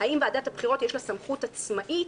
האם לוועדת הבחירות יש סמכות עצמאית